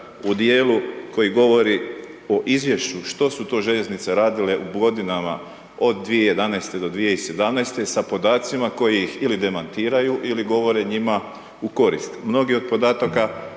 u dijelu koji govori o izvješću, što su to željeznice radile godinama od 2011.-2017. sa podacima koji ih demantiraju ili govore njima u korist. Mnogi od podataka